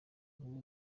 nkumi